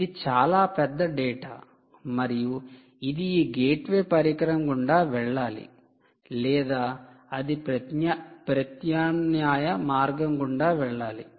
ఇది చాలా పెద్ద డేటా మరియు ఇది ఈ గేట్వే పరికరం గుండా వెళ్ళాలి లేదా అది ప్రత్యామ్నాయ మార్గం గుండా వెళ్ళాలి